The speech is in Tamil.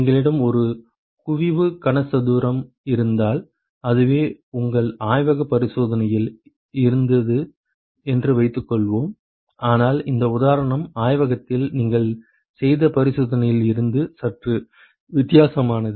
எங்களிடம் ஒரு குவிவு கனசதுரம் இருந்தால் அதுவே உங்கள் ஆய்வக பரிசோதனையில் இருந்தது என்று வைத்துக்கொள்வோம் ஆனால் இந்த உதாரணம் ஆய்வகத்தில் நீங்கள் செய்த பரிசோதனையில் இருந்து சற்று வித்தியாசமானது